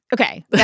okay